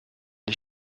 les